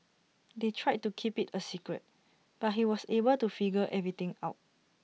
they tried to keep IT A secret but he was able to figure everything out